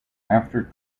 after